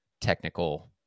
technical